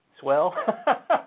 Swell